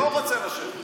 לא רוצה לשבת.